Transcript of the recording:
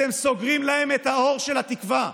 אתם סוגרים להם את האור של התקווה,